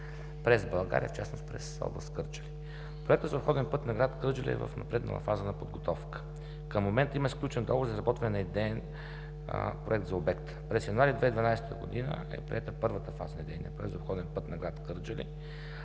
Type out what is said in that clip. през България, в частност през област Кърджали. Проектът за обходен път на град Кърджали е в напреднала фаза на подготовка. Към момента има сключен договор за изработване на идеен и технически проект за обекта. През месец януари 2012 г. е приета първата фаза на идейния проект за обходен път на град Кърджали,